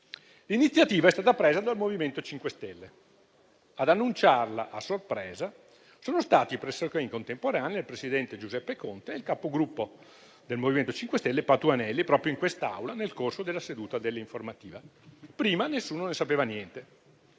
L'iniziativa è stata presa dal MoVimento 5 Stelle; ad annunciarla, a sorpresa, sono stati pressoché in contemporanea il presidente Giuseppe Conte e il capogruppo del MoVimento 5 Stelle Patuanelli, proprio in quest'Aula, nel corso della seduta dell'informativa. Prima nessuno ne sapeva niente.